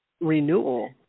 renewal